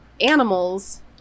animals